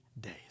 days